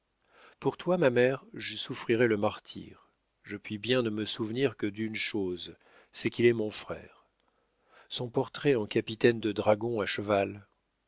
pour toi ma mère je souffrirais le martyre je puis bien ne me souvenir que d'une chose c'est qu'il est mon frère son portrait en capitaine de dragons à cheval